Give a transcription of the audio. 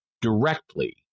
directly